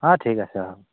অঁ ঠিক আছে হ'ব